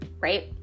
right